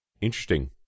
Interesting